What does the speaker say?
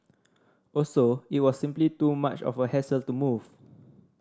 also it was simply too much of a hassle to move